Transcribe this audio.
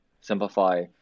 simplify